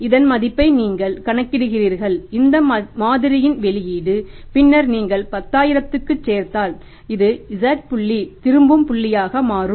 இதன் மதிப்பை நீங்கள் கணக்கிடுகிறீர்கள் இந்த மாதிரியின் வெளியீடு பின்னர் நீங்கள் 10000 க்குச் சேர்த்தால் இது z புள்ளி திரும்பும் புள்ளியாக மாறும்